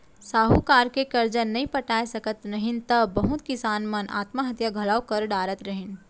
साहूकार के करजा नइ पटाय सकत रहिन त बहुत किसान मन आत्म हत्या घलौ कर डारत रहिन